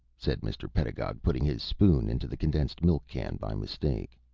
said mr. pedagog, putting his spoon into the condensed-milk can by mistake.